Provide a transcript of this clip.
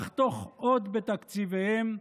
לחתוך עוד בתקציביהם,